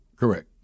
Correct